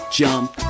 jump